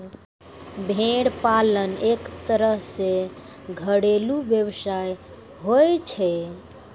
भेड़ पालन एक तरह सॅ घरेलू व्यवसाय होय छै